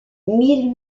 mille